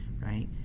right